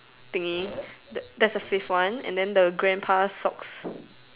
thingy that that's the fifth one and then the grandpa socks